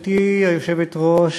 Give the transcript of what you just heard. גברתי היושבת-ראש,